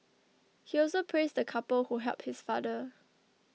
he also praised the couple who helped his father